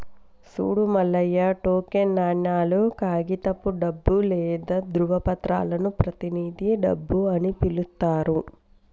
సూడు మల్లయ్య టోకెన్ నాణేలు, కాగితపు డబ్బు లేదా ధ్రువపత్రాలను ప్రతినిధి డబ్బు అని పిలుత్తారు